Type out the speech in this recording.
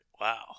Wow